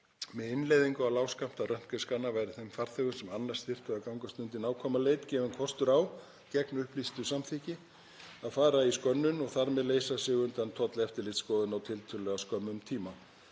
Með innleiðingu á lágskammta röntgenskanna væri þeim farþegum sem ella þyrftu að gangast undir nákvæma leit gefinn kostur á, gegn upplýstu samþykki, að fara í skönnun og þar með leysa sig undan tolleftirlitsskoðun á tiltölulega skömmum